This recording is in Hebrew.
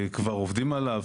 כבר עובדים עליו,